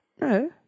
No